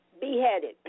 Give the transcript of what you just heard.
Beheaded